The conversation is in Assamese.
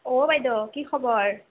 অঁ বাইদেউ কি খবৰ